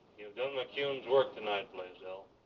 done mcquown's work tonight, blaisdell.